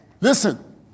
listen